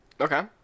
Okay